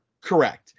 Correct